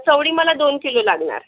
चवळी मला दोन किलो लागणार